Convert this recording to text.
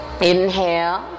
Inhale